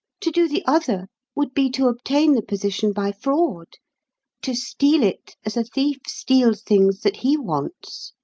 to do the other would be to obtain the position by fraud to steal it, as a thief steals things that he wants.